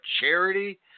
charity